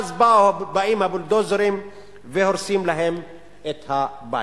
ואז באים הבולדוזרים והורסים להם את הבית.